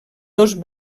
dos